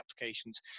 applications